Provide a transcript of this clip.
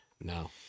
no